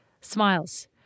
smiles